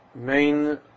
main